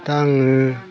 दा आङो